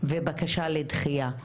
ובקשה לדחייה,